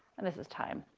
and this is time.